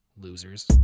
Losers